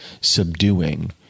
subduing